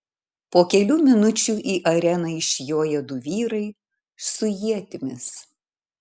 po kelių minučių į areną išjoja du vyrai su ietimis